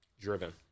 Driven